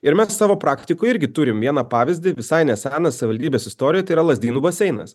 ir mes savo praktikoje irgi turim vieną pavyzdį visai neseną savivaldybės istorijoj tai yra lazdynų baseinas